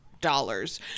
dollars